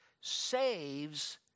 saves